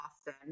Austin